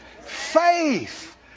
faith